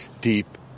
deep